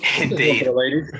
Indeed